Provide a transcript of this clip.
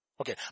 Okay